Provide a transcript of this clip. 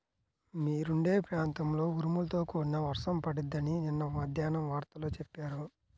మీరుండే ప్రాంతంలో ఉరుములతో కూడిన వర్షం పడిద్దని నిన్న మద్దేన్నం వార్తల్లో చెప్పారు